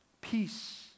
peace